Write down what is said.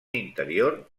interior